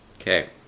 Okay